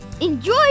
Enjoy